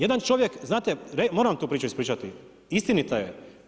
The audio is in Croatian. Jedan čovjek, znate, moram vam tu priču ispričati, istinita je.